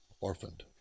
orphaned